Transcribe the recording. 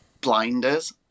blinders